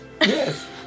Yes